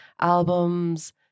albums